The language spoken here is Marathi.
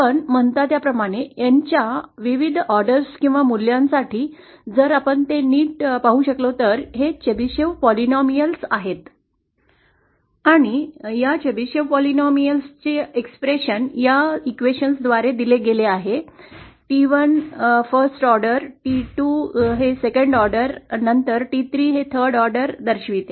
आपण म्हणता त्याप्रमाणे N च्या विविध ऑर्डर्स किंवा मूल्यांसाठी जर आपण ते नीट पाहू शकलो तर हे चेबीशेव्ह पॉलिनोमियल्स आहेत आणि या चेबेशेव्ह बहुपदीच्या अभिव्यक्ती या समीकरणां द्वारे दिले गेले आहे T 1 एक्स प्रथम क्रम T 2 द्वितीय क्रम आणि नंतर T 3 तृतीय क्रम दर्शवते